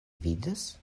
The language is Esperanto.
vidas